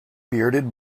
bearded